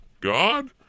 God